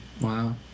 Wow